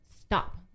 stop